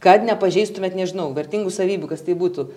kad nepažeistumėt nežinau vertingų savybių kas tai būtų